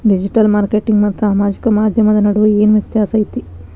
digital marketing ಮತ್ತ ಸಾಮಾಜಿಕ ಮಾಧ್ಯಮದ ನಡುವ ಏನ್ ವ್ಯತ್ಯಾಸ ಐತಿ